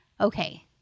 Okay